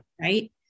Right